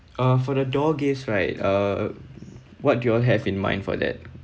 uh for the door gifts right err what do you all have in mind for that